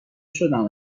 شدم